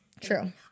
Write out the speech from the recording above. True